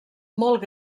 molt